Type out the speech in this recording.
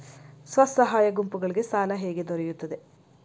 ಸ್ವಸಹಾಯ ಗುಂಪುಗಳಿಗೆ ಸಾಲ ಹೇಗೆ ದೊರೆಯುತ್ತದೆ?